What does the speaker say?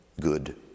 good